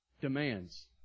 demands